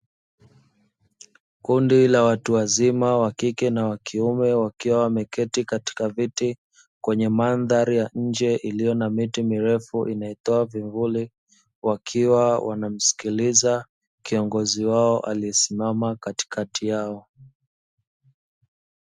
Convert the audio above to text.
Kundi la watu wazima wa kike na wa kiume wakiwa wameketi katika viti kwenye mandhari ya nje iliyo na miti mirefu inayotoa vivuli, wakiwa wanamsikiliza kiongozi wao aliyesimama katikati yao.